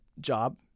job